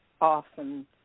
often